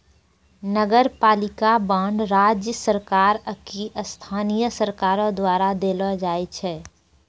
नगरपालिका बांड राज्य सरकार आकि स्थानीय सरकारो द्वारा देलो जाय छै